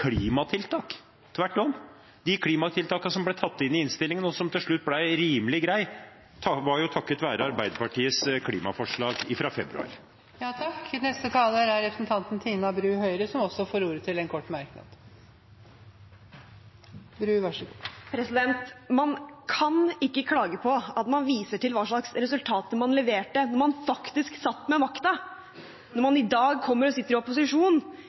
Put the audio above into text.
klimatiltak – tvert om. De klimatiltakene som ble tatt inn i innstillingen, som til slutt ble rimelig grei, kom jo takket være Arbeiderpartiets klimaforslag fra februar. Representanten Tina Bru har hatt ordet to ganger tidligere i debatten og får ordet til en kort merknad, begrenset til 1 minutt. Man kan ikke klage på at det vises til hva slags resultater man leverte når man faktisk satt med makten, når man i dag sitter i opposisjon